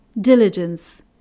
Diligence